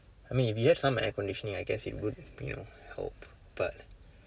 I mean if you just had some air conditioning I guess it would you know help but